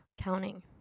counting